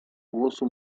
głosu